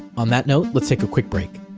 on that note, let's take a quick break.